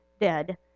dead